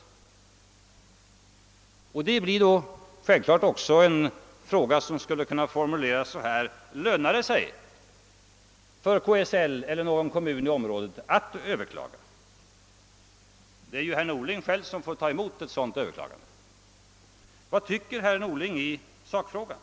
Jag skulle också kunna formulera frågan så här: Lönar det sig för KSL ellet för någon kommun i området att överklaga? Det är ju herr Norling själv som får ta emot ett sådant överklagande — vad tycker herr Norling i sakfrågan?